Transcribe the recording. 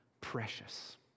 precious